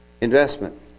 investment